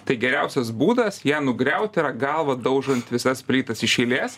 tai geriausias būdas ją nugriauti yra galva daužant visas plytas iš eilės